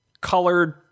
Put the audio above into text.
colored